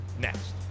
next